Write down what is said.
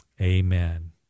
Amen